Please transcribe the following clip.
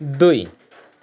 दुई